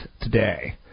today